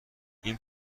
این